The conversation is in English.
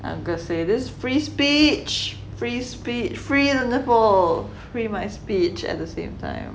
I'm gonna say this free speech free speech free free my speech at the same time